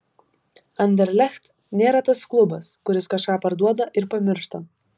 anderlecht nėra tas klubas kuris kažką parduoda ir pamiršta